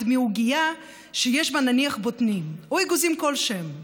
מעוגייה שיש בה נניח בוטנים או אגוזים כלשהם,